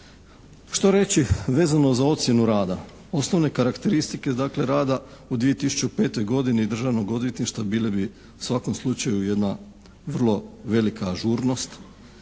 Što reći vezano za ocjenu rada? Osnovne karakteristike dakle rada u 2005. godini Državnog odvjetništva bile bi u svakom slučaju jedna vrlo velika ažurnost,